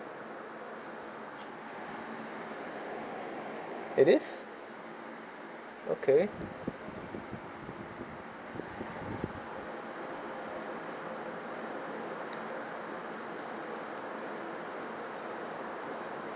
it is okay